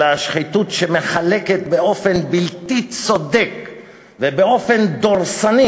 אלא השחיתות שמחלקת באופן בלתי צודק ובאופן דורסני,